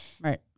right